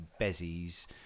bezies